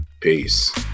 Peace